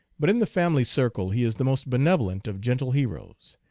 but in the family circle he is the most benevolent of gentle heroes,